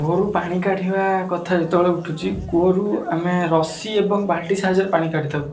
କୂଅରୁ ପାଣି କାଢ଼ିବା କଥା ଯେତେବେଳେ ଉଠୁଛି କୂଅରୁ ଆମେ ରସି ଏବଂ ବାଲ୍ଟି ସାହାଯ୍ୟରେ ପାଣି କାଢ଼ିଥାଉ